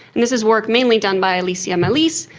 and this is work mainly done by alicia melis,